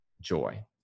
joy